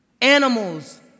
Animals